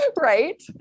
right